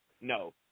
No